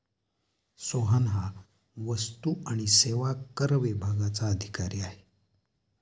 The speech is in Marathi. सोहन हा वस्तू आणि सेवा कर विभागाचा अधिकारी आहे